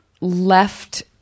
left